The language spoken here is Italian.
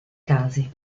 casi